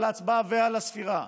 להצבעה ולספירה,